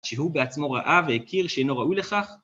שהוא בעצמו ראה והכיר שאינו ראוי לכך.